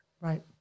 Right